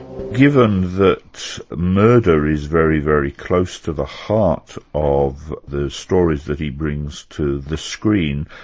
given that murder is very, very close to the heart of the stories that he brings to the screen,